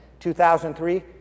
2003